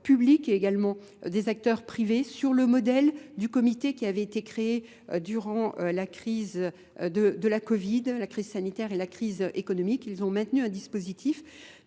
publics et également des acteurs privés, sur le modèle du comité qui avait été créé durant la crise de la Covid, la crise sanitaire et la crise économique. Ils ont maintenu un dispositif